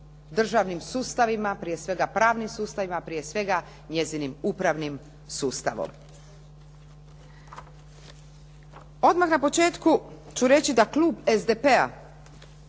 državnim sustavima, prije svega pravnim sustavim, prije svega njezinim upravnim sustavom. Odmah na početku ću reći da klub SDP-a